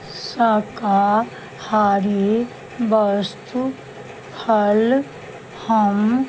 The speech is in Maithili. शाकाहारी वस्तु फल हम